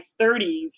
30s